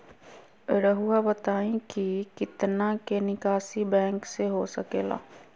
रहुआ बताइं कि कितना के निकासी बैंक से हो सके ला?